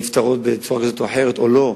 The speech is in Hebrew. וזה לא אחת מהבעיות שנפתרות בצורה כזאת או אחרת או לא,